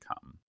come